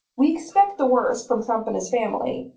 we expect the worst from trump and his family.